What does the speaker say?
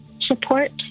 support